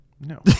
No